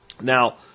Now